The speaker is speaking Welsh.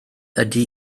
ydy